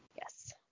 Yes